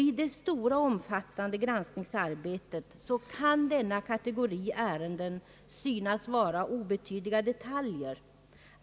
I det stora, omfattande granskningsarbetet kan denna kategori ärenden synas vara obetydliga detaljer.